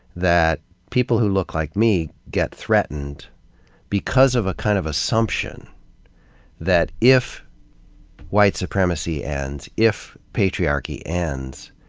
that people who look like me get threatened because of a kind of assumption that if white supremacy ends, if patriarchy ends,